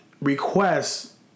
requests